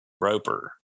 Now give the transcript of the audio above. roper